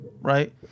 right